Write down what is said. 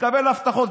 תקבל אבטחות.